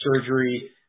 surgery